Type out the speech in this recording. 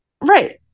Right